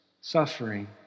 Suffering